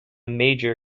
major